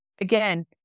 again